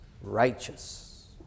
righteous